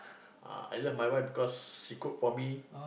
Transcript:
ah I love my wife cause she cook for me